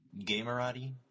Gamerati